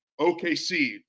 OKC